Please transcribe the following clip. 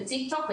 בטיקטוק,